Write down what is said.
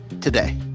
today